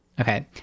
Okay